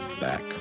back